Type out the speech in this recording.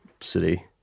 city